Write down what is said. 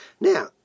Now